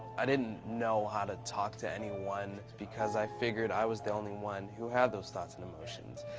i didn't know how to talk to anyone, because i figured i was the only one who had those thoughts and emotions.